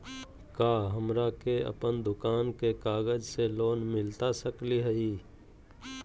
का हमरा के अपन दुकान के कागज से लोन मिलता सकली हई?